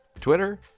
Twitter